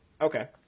Okay